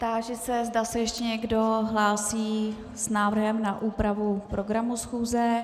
Táži se, zda se ještě někdo hlásí s návrhem na úpravu programu schůze.